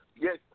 Yes